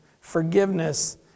forgiveness